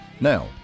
Now